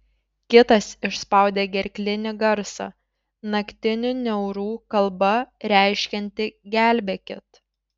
kitas išspaudė gerklinį garsą naktinių niaurų kalba reiškiantį gelbėkit